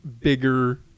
bigger